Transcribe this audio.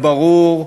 הברור,